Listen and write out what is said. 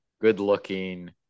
good-looking